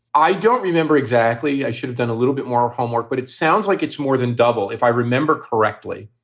i don't remember exactly. i should have done a little bit more homework, but it sounds like it's more than double. if i remember correctly,